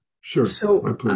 Sure